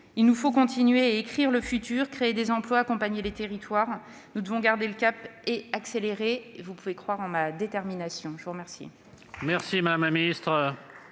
Il nous faut continuer à écrire le futur, à créer des emplois, à accompagner les territoires. Nous devons garder le cap et accélérer. Vous pouvez croire en ma détermination. La parole